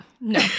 No